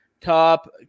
Top